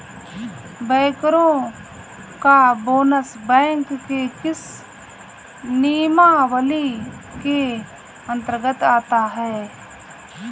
बैंकरों का bonus bank के किस नियमावली के अंतर्गत आता है?